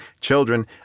children